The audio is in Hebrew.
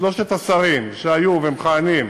שלושת השרים שהיו ומכהנים,